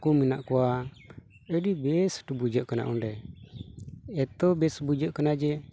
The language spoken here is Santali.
ᱦᱟᱹᱠᱩ ᱢᱮᱱᱟᱜ ᱠᱚᱣᱟ ᱟᱹᱰᱤ ᱵᱮᱹᱥᱴ ᱵᱩᱡᱷᱟᱹᱜ ᱠᱟᱱᱟ ᱚᱸᱰᱮ ᱮᱛᱚ ᱵᱮᱥ ᱵᱩᱡᱷᱟᱹᱜ ᱠᱟᱱᱟ ᱡᱮ